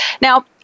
Now